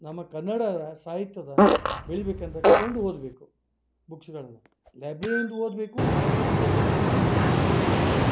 ನಮ್ಮ ಕನ್ನಡದ ಸಾಹಿತ್ಯದ ಬೆಳಿಬೇಕು ಅಂದರೆ ಕೊಂಡು ಓದಬೇಕು ಬುಕ್ಸ್ಗಳನ್ನು ಲೈಬ್ರರಿಯಿಂದ ಓದಬೇಕು ಅದು ತಿರಿಗಿ ಕೊಡಬೇಕು ಫೀಸ್ ಕೊಡಬೇಕು ಅದು ಬೇರೆ